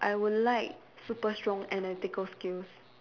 I would like super strong analytical skills